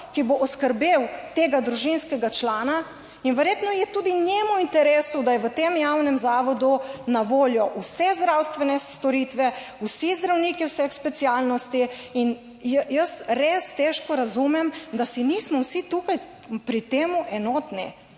ki bo oskrbel tega družinskega člana. In verjetno je tudi njemu v interesu, da je v tem javnem zavodu na voljo vse zdravstvene storitve, vsi zdravniki vseh specialnosti. In jaz res težko razumem, da si nismo vsi tukaj pri tem enotni,